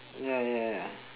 ya ya ya